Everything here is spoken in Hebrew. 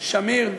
שמיר,